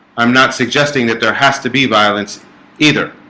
i'm not suggesting that there has to be violence either.